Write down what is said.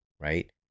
right